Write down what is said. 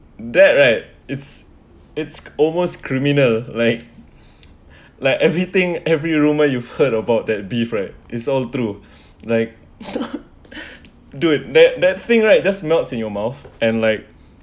that right it's it's almost criminal like like everything every rumour you've heard about that beef right it's all true like dude that that thing right just melts in your mouth and like